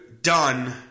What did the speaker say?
done